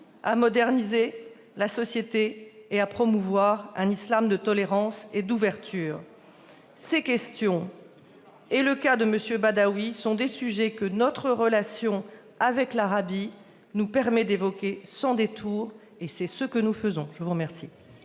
à moderniser la société et à promouvoir un islam de tolérance et d'ouverture. C'est bien parti ! Ces questions et le cas de M. Badawi sont des sujets que notre relation avec l'Arabie Saoudite nous permet d'évoquer sans détour, et c'est ce que nous faisons ! La parole